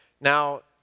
Now